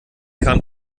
kam